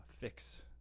fix